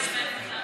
ויתר.